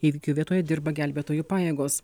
įvykio vietoje dirba gelbėtojų pajėgos